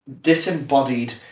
disembodied